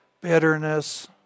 bitterness